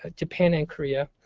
ah japan and korea.